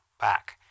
back